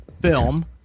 film